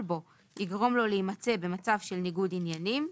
בו יגרום לו להימצא במצב של ניגוד עניינים.